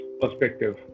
perspective